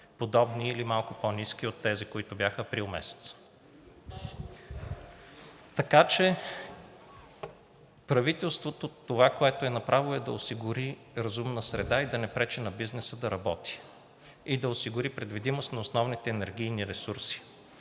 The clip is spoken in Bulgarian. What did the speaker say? подобни или малко по-ниски от тези, които бяха април месец. Така че правителството това, което е направило, е да осигури разумна среда и да не пречи на бизнеса да работи и да осигури предвидимост на основните енергийни ресурси.